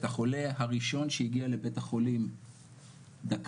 החולה הראשון שהגיע לבית החולים דקה,